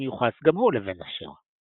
המיוחס גם הוא לבן אשר.